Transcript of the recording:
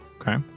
Okay